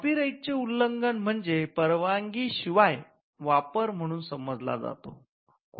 कॉपीराइटचे उल्लंघन म्हणजे परवानगीशिवाय वापर म्हणून समाजाला जातो